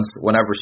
Whenever